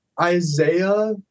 Isaiah